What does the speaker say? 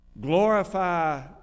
Glorify